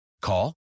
Call